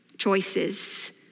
choices